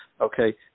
Okay